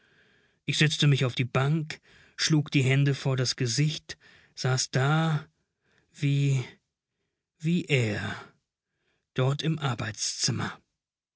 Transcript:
ich setzte mich auf die bank schlug die hände vor das gesicht saß da wie wie er dort im arbeitszimmer